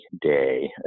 day